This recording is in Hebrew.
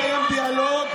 לך ולתרבות?